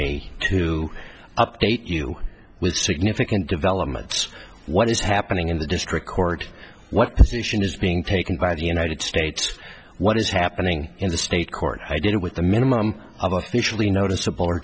me to update you with significant developments what is happening in the district court what position is being taken by the united states what is happening in the state court i did it with the minimum usually noticeable